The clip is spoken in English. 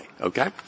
okay